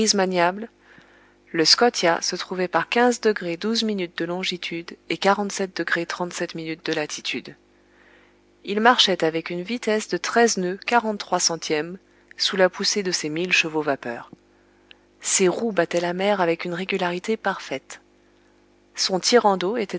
maniable le scotia se trouvait par de longitude et de latitude il marchait avec une vitesse de treize noeuds quarante-trois centièmes sous la poussée de ses mille chevaux vapeur ses roues battaient la mer avec une régularité parfaite son tirant d'eau